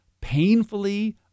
painfully